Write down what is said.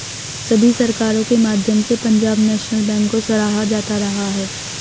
सभी सरकारों के माध्यम से पंजाब नैशनल बैंक को सराहा जाता रहा है